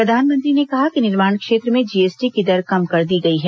प्रधानमंत्री ने कहा कि निर्माण क्षेत्र में जीएसटी की दर कम कर दी गई है